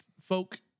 Folk